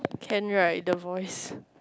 can right the voice